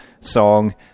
song